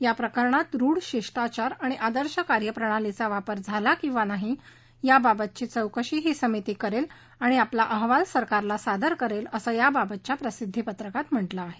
या प्रकरणात रूढ शिष्टाचार आणि आदर्श कार्य प्रणालीचा वापर झाली किंवा नाही याबाबतची चौकशी ही समिती करून आपला अहवाल सरकारला सादर करील असं याबाबतच्या प्रसिद्धी पत्रकात म्हटलं आहे